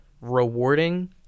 rewarding